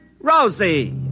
Rosie